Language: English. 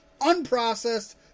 unprocessed